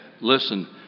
listen